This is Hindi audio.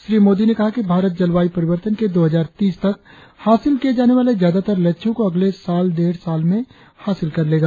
श्री मोदी ने कहा कि भारत जलवायु परिवर्तन के दो हजार तीस तक हासिल किये जाने वाले ज्यादातार लक्ष्यों को अगले साल डेढ़ साल में हासिल कर लेगा